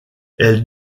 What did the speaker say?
elle